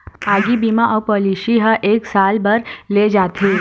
आगी बीमा अउ पॉलिसी ह एक साल बर ले जाथे